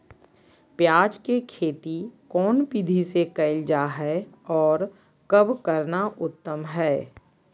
प्याज के खेती कौन विधि से कैल जा है, और कब करना उत्तम है?